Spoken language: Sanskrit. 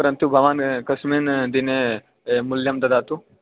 परन्तु भवान् कस्मिन् दिने मूल्यं ददाति